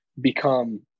become